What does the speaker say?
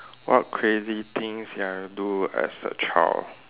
what crazy things that I do as a child